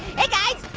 hey guys,